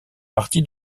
parti